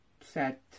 set